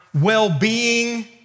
well-being